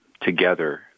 together